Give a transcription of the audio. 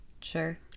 Sure